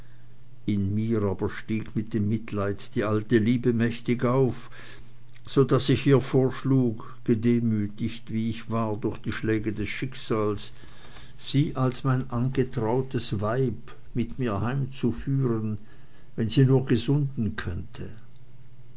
in mir aber stieg mit dem mitleid die alte liebe mächtig auf so daß ich ihr vorschlug gedemütigt wie ich war durch die schläge des schicksals sie als mein angetrautes weib mit mir heimzuführen wenn sie nur gesunden könnte